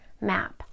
map